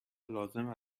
لازم